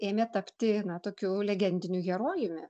ėmė tapti tokiu legendiniu herojumi